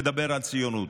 תדבר על ציונות.